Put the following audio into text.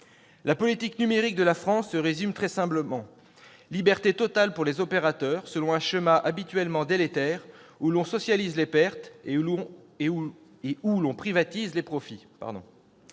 La politique numérique de la France se résume très simplement : liberté totale pour les opérateurs selon un schéma habituellement délétère où l'on socialise les pertes et où l'on privatise les profits.